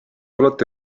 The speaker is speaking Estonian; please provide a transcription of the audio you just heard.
olete